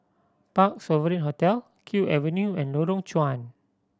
Parc Sovereign Hotel Kew Avenue and Lorong Chuan